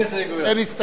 אין הסתייגויות.